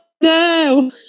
No